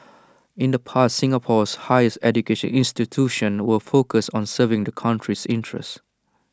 in the past Singapore's higher education institutions were focused on serving the country's interests